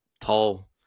tall